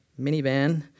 minivan